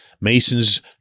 Mason's